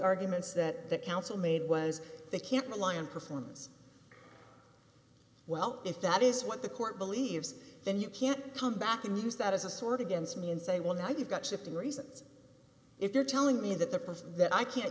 arguments that the counsel made was they can't rely on performance well if that is what the court believes then you can't come back and use that as a sword against me and say well now you've got shifting reasons if they're telling me that the person that i can't